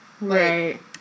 right